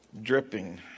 dripping